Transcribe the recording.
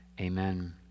Amen